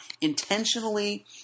intentionally